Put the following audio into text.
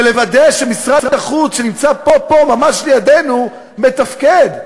ולוודא שמשרד החוץ שנמצא פה-פה ממש לידנו מתפקד.